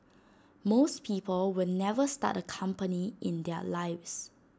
most people will never start A company in their lives